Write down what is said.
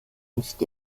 nicht